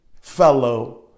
fellow